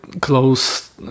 close